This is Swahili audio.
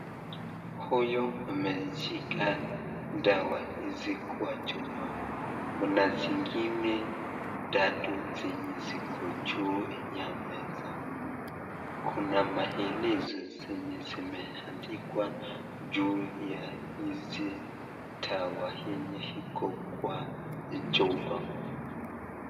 Huyu ameshika dawa hizi kwa chupa. Kuna zingine tatu zenye ziko juu ya meza. Kuna maelezo zenye zimeandikwa juu ya hizi dawa yenye iko kwa chupa.